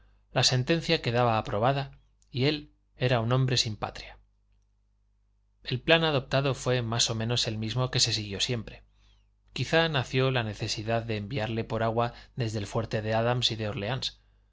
la sentencia quedaba aprobada y él era un hombre sin patria el plan adoptado fué más o menos el mismo que se siguió siempre quizá nació de la necesidad de enviarle por agua desde el fuerte de adams y de órleans